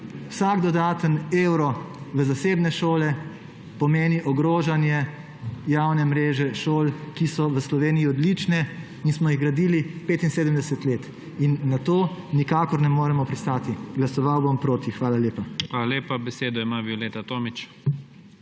vsak dodaten evro v zasebne šole pomeni ogrožanje javne mreže šol, ki so v Sloveniji odlične in smo jih gradili 75 let. Na to nikakor ne moremo pristati. Glasoval bom proti. Hvala lepa. PREDSEDNIK IGOR ZORČIČ: Hvala lepa. Besedo ima Violeta Tomić.